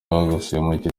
mukinnyi